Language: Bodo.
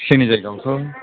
जोंनि जायगायावथ'